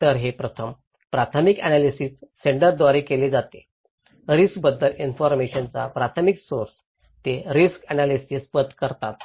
तर हे प्रथम प्राथमिक अन्यालीसीस सेंडर द्वारे केले जाते रिस्क बद्दल इन्फॉरमेशनचा प्राथमिक सोर्स ते रिस्क अन्यालीसीस पथ करतात